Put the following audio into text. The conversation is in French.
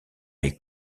est